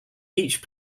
each